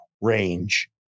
range